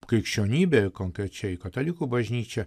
krikščionybė konkrečiai katalikų bažnyčia